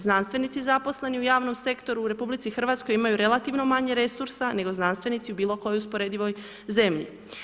Znanstvenici zaposleni u javnom sektoru u RH imaju relativno manje resursa nego znanstvenici u bilo kojoj usporedivoj zemlji.